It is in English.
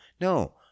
No